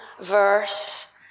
verse